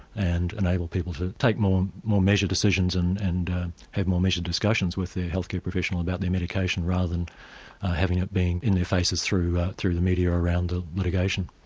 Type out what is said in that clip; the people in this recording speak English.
and enable people to take more more measured decisions and and have more measured discussions with their health care professional about their medication rather than having it being in their faces through through the media around the litigation.